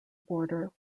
border